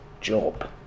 job